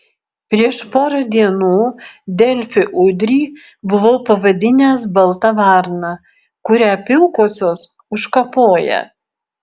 prieš porą dienų delfi udrį buvau pavadinęs balta varna kurią pilkosios užkapoja